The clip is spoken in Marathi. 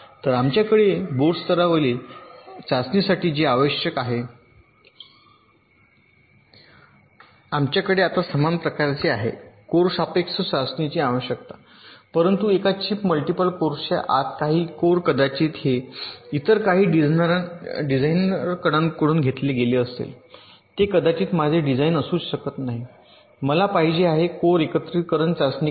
तर आमच्याकडे बोर्ड स्तरावरील चाचणीसाठी जे काही आवश्यक आहे आमच्याकडे आता समान प्रकारचे आहे कोर सापेक्ष चाचणीची आवश्यकता परंतु एका चिप मल्टिपल कोर्सच्या आत काही कोर कदाचित हे इतर काही डिझाइनरांकडून घेतले गेले असेल ते कदाचित माझे डिझाइन असूच शकत नाही मला पाहिजे आहे कोर एकत्रीकरण चाचणी करण्यासाठी